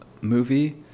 movie